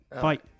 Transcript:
fight